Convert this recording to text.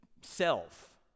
self